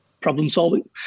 problem-solving